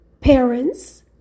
parents